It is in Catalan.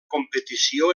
competició